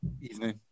evening